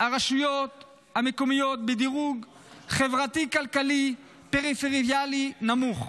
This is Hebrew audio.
הרשויות המקומיות בדירוג חברתי-כלכלי פריפריאלי נמוך.